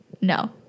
No